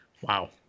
wow